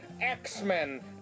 X-Men